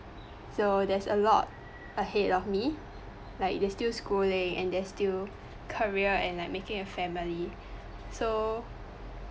so there's a lot ahead of me like there's still schooling and there's still career and like making a family so